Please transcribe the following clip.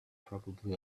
probably